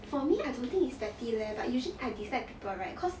for me I don't think is petty leh but usually I dislike people right cause